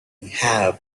have